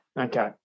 Okay